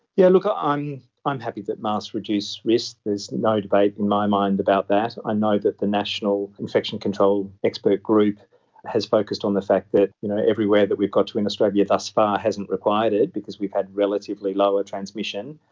yeah look, i'm happy that masks reduce risk, there is no debate in my mind about that. i know that the national infection control expert group has focused on the fact that you know everywhere that we've got to in australia thus far hasn't required it because we've had relatively lower transmission,